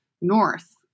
north